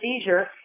seizure